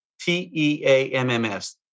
T-E-A-M-M-S